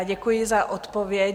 Děkuji za odpověď.